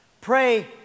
Pray